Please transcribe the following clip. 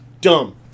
Dumb